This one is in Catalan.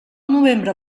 novembre